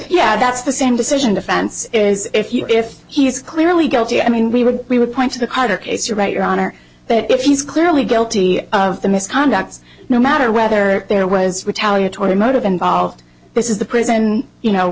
yeah that's the same decision defense is if you're if he's clearly guilty i mean we were we would point to the harder case you're right your honor but if he's clearly guilty of the misconduct no matter whether there was retaliatory motive involved this is the prison you know